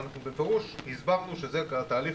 בפירוש הסברנו שזה התהליך,